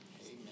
Amen